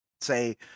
say